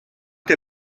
der